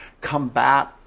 combat